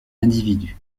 individu